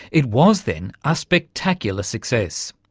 it was then a spectacular success.